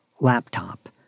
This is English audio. laptop